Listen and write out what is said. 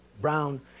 brown